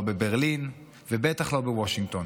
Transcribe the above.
לא בברלין ובטח לא בוושינגטון.